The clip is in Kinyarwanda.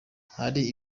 hari